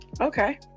okay